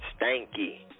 Stanky